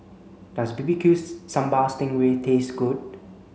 does B B Q's sambal sting ray taste good